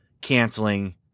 canceling